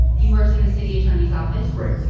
you worked in the city attorney's office. correct.